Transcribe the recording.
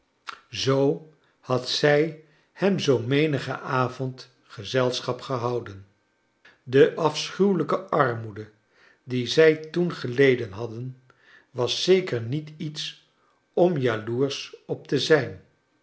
zoo had zij hem zoo menigen avond gezelschap gehouden de afschuwelijke armoede die zij toen geleden hadden was zeker niet iets om jaloersch op te zijn